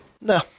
No